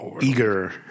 eager